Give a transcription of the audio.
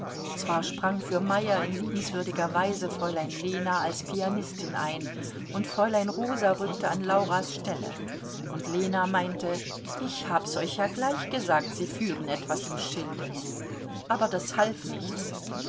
zwar sprang für meyer in liebenswürdiger weise fräulein lena als pianistin ein und fräulein rosa rückte an lauras stelle und lena meinte ich hab's euch ja gleich gesagt sie führen etwas im schilde aber das half nichts